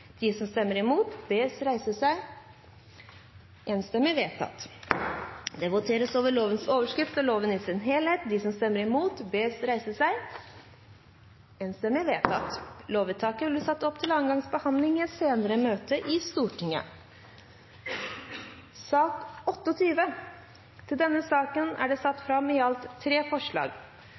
de vil stemme imot. Det voteres over lovens overskrift og loven i sin helhet. Presidenten regner med at Venstre også vil stemme imot her. Lovvedtaket vil bli ført opp til andre gangs behandling i et senere møte i Stortinget. Under debatten er det satt fram i alt tre forslag.